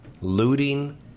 looting